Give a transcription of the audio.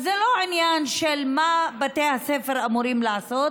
התלמידים לצבא?